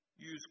use